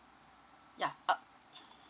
ya uh